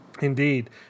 indeed